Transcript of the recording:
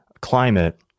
climate